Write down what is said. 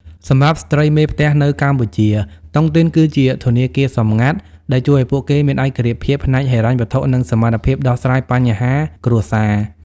សម្រាប់ស្រ្តីមេផ្ទះនៅកម្ពុជា តុងទីនគឺជា "ធនាគារសម្ងាត់" ដែលជួយឱ្យពួកគេមានឯករាជ្យភាពផ្នែកហិរញ្ញវត្ថុ និងសមត្ថភាពដោះស្រាយបញ្ហាគ្រួសារ។